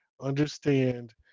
understand